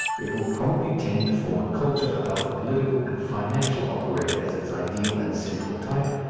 it will probably tend to form a culture about the political and financial operator as its ideal and central type,